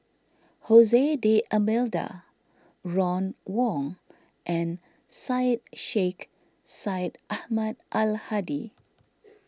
Jose D'Almeida Ron Wong and Syed Sheikh Syed Ahmad Al Hadi